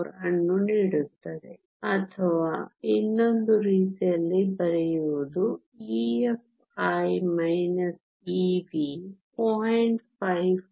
54 ಅನ್ನು ನೀಡುತ್ತದೆ ಅಥವಾ ಇನ್ನೊಂದು ರೀತಿಯಲ್ಲಿ ಬರೆಯುವುದು EFi Ev 0